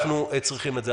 אנחנו צריכים את זה.